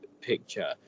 picture